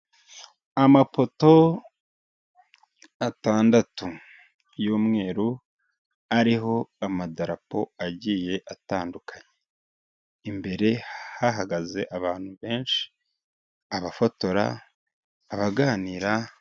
Amapoto atandatu y'umweru ariho amadarapo agiye atandukanye, imbere hahagaze abantu benshi, abafotora, abaganira.